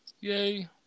Yay